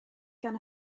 gan